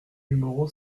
numéro